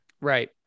Right